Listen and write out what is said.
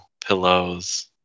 pillows